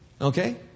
okay